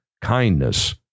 kindness